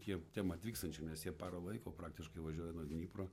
tiem tiem atvykstančiem nes jie parą laiko praktiškai važiuoja nuo dnipro